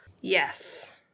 Yes